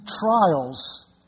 trials